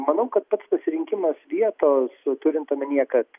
manau kad pats pasirinkimas vietos turint omenyje kad